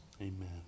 Amen